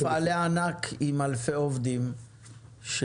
יש מפעלי ענק עם אלפי עובדים שהדור